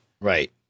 Right